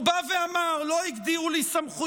הוא בא ואמר: לא הגדירו לי סמכויות,